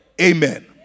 Amen